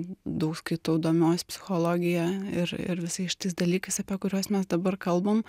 daug skaitau domiuos psichologija ir ir visais šitais dalykais apie kuriuos mes dabar kalbam